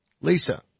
Lisa